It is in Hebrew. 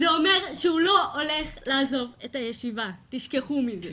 זה אומר שהוא לא הולך לעזוב את הישיבה, תשכחו מזה.